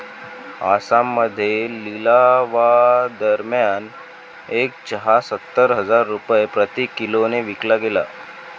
आसाममध्ये लिलावादरम्यान एक चहा सत्तर हजार रुपये प्रति किलोने विकला गेला